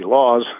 laws